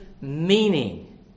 meaning